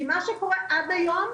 כי מה שקורה עד היום,